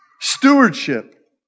Stewardship